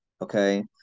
okay